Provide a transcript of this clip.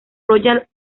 royal